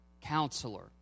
Counselor